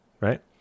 right